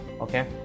Okay